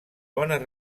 bones